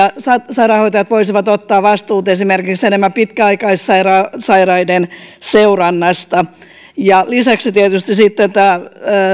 sairaanhoitajat voisivat ottaa enemmän vastuuta esimerkiksi pitkäaikaissairaiden seurannasta lisäksi on todettu että tietysti sitten tämä